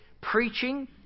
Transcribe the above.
preaching